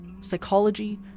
psychology